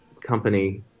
company